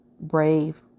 brave